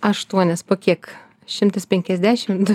aštuonias po kiek šimtas penkiasdešimt